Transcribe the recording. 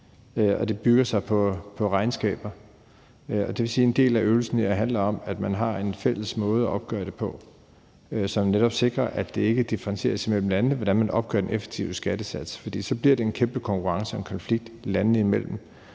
og det bygger så på regnskaber. Det vil sige, at en del af øvelsen her handler om, at man har en fælles måde at opgøre det på, så man netop sikrer, at det ikke differentieres imellem landene, hvordan man opgør den effektive skattesats. For så bliver det en kæmpe konkurrence og en konflikt landene imellem,